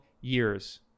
years